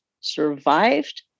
survived